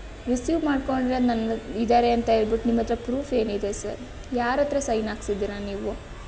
receive ಮಾಡ್ಕೊಂಡಿರೋದು ನನ್ನ ಇದ್ದಾರೆ ಅಂತೇಳ್ಬಿಟ್ಟು ನಿಮ್ಮ ಹತ್ರ ಪ್ರೂಫ್ ಏನಿದೆ ಸರ್ ಯಾರ ಹತ್ರ ಸೈನ್ ಹಾಕಿಸಿದ್ದೀರ ನೀವು